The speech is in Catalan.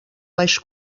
baix